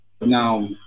now